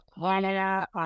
Canada